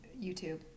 YouTube